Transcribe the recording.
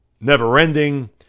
never-ending